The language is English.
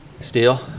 Steel